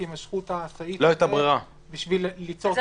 כי משכו את הסעיף הזה בשביל ליצור --- לא הייתה ברירה.